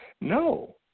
No